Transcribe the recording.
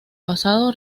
pasado